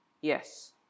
Yes